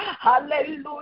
Hallelujah